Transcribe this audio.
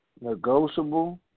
negotiable